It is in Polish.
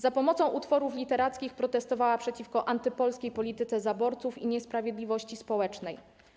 Za pomocą utworów literackich protestowała przeciwko antypolskiej polityce zaborców i niesprawiedliwości społecznej.